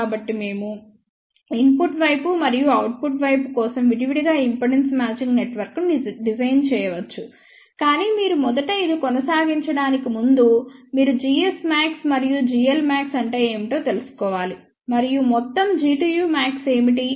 కాబట్టి మేము ఇన్పుట్ వైపు మరియు అవుట్పుట్ వైపు కోసం విడివిడిగా ఇంపిడెన్స్ మ్యాచింగ్ నెట్వర్క్ను డిజైన్ చేయవచ్చు కానీ మీరు మొదట ఇది కొనసాగడానికి ముందు మీరు gsmax మరియు glmax అంటే ఏమిటో తెలుసుకోవాలి మరియు మొత్తం Gtumax ఏమిటి